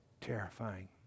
terrifying